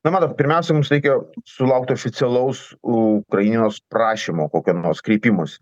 na matot pirmiausia mums reikia sulaukt oficialaus ukrainos prašymo kokio nors kreipimosi